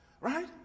Right